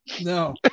No